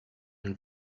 and